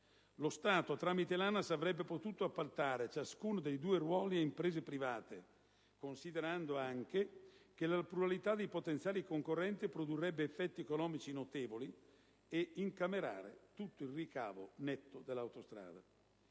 Lo Stato, tramite l'ANAS, avrebbe potuto appaltare ciascuno dei due ruoli a imprese private, considerando anche che la pluralità di potenziali concorrenti produrrebbe effetti economici notevoli, e incamerare tutto il ricavo netto dell'autostrada.